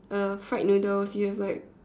uh fried noodles you have like